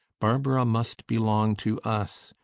barbara must belong to us,